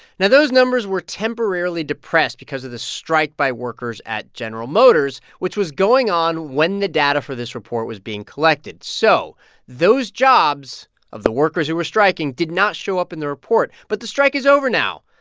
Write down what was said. now, those numbers were temporarily depressed because of the strike by workers at general motors, which was going on when the data for this report was being collected. so those jobs of the workers who were striking did not show up in the report. but the strike is over now,